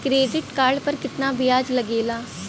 Credit card पर कितना ब्याज लगेला?